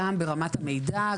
גם ברמת המידע,